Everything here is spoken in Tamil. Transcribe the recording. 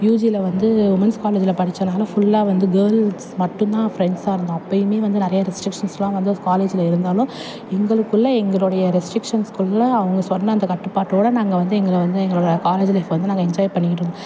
யுஜியில வந்து உமன்ஸ் காலேஜில் படிச்சனால ஃபுல்லாக வந்து கேர்ள்ஸ் மட்டும் தான் ஃப்ரெண்ட்ஸாக இருந்தோம் அப்பையுமே வந்து நிறையா ரிஸ்ட்ரிக்ஷன் எல்லாம் வந்து காலேஜில் இருந்தாலும் எங்களுக்குள்ளே எங்களுடைய ரெஸ்ட்ரிக்ஷன்குள்ளே அவங்க சொன்ன அந்த கட்டுப்பாட்டோட நாங்கள் வந்து எங்களை வந்து எங்களோட காலேஜ் லைஃப்பை வந்து நாங்கள் என்ஜாய் பண்ணிக்கிட்டு